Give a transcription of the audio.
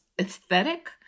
aesthetic